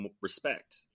respect